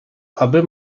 aby